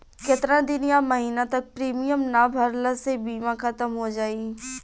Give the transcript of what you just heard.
केतना दिन या महीना तक प्रीमियम ना भरला से बीमा ख़तम हो जायी?